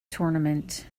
tournament